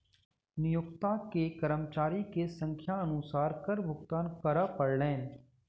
नियोक्ता के कर्मचारी के संख्या अनुसार कर भुगतान करअ पड़लैन